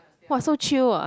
!wah! so chill ah